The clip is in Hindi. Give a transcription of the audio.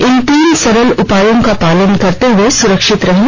इन तीन सरल उपायों का पालन करते हुए सुरक्षित रहें